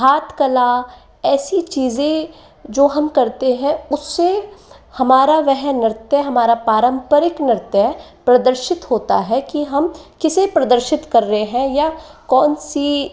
हाथकला ऐसी चीज़ें जो हम करते हैं उससे हमारा वह नृत्य हमारा पारंपरिक नृत्य प्रदर्शित होता है कि हम किसे प्रदर्शित कर रहे है या कौन सी